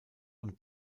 und